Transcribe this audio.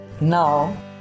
now